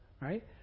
right